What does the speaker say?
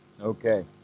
Okay